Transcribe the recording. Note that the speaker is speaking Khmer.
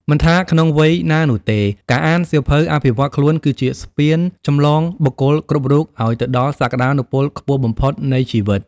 មិនថាក្នុងវ័យណានោះទេ ការអានសៀវភៅអភិវឌ្ឍខ្លួនគឺជាស្ពានចម្លងបុគ្គលគ្រប់រូបឱ្យទៅដល់សក្ដានុពលខ្ពស់បំផុតនៃជីវិត។